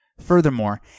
Furthermore